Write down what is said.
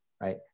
right